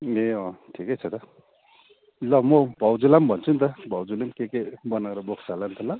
ए अँ ठिकै छ त ल म भाउजूलाई पनि भन्छु नि त भाउजूले पनि के के बनाएर बोक्छ होला नि त ल